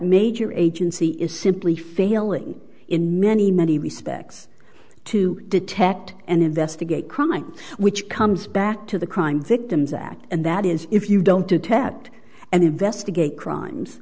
major agency is simply failing in many many respects to detect and investigate crime which comes back to the crime victims act and that is if you don't detect and investigate crimes